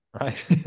right